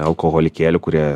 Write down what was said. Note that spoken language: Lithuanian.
alkoholikėlių kurie